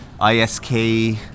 ISK